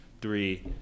three